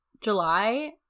July